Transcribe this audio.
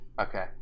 okay